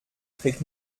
trägt